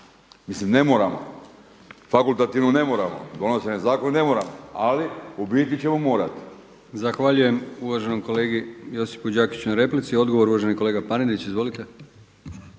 Mislim ne moramo, fakultativno ne moramo. Donesen je zakon, ne moramo ali u biti ćemo morati.